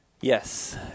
Yes